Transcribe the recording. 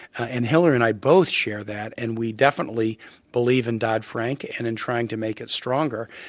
and hillary and i both share that, and we definitely believe in dodd-frank and in trying to make it stronger.